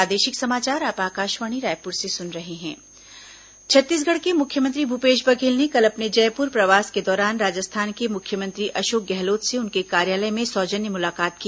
बघेल गहलोत मुलाकात छत्तीसगढ़ के मुख्यमंत्री भूपेश बघेल ने कल अपने जयपुर प्रवास के दौरान राजस्थान के मुख्यमंत्री अशोक गहलोत से उनके कार्यालय में सौजन्य मुलाकात की